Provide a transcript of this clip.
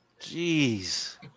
Jeez